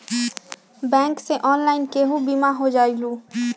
Bank से online केहु बिमा हो जाईलु?